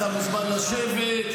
אתה מוזמן לשבת,